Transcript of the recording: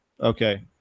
Okay